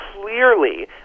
clearly